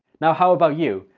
now how about you?